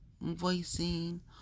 voicing